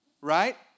right